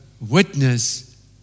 witness